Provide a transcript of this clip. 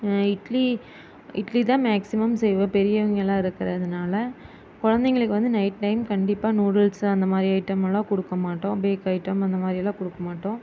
இட்லி இட்லி தான் மேக்ஸிமம் செய்வோம் பெரியவங்க எல்லாம் இருக்கிறதுனால கொழந்தைங்களுக்கு வந்து நைட் டைம் கண்டிப்பாக நூடுல்ஸ்ஸு அந்த மாதிரி ஐட்டமெல்லாம் கொடுக்க மாட்டோம் பேக் ஐட்டம் அந்த மாதிரியெல்லாம் கொடுக்க மாட்டோம்